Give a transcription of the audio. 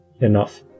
enough